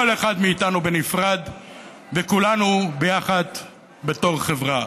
כל אחד מאיתנו בנפרד וכולנו ביחד בתור חברה.